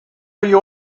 you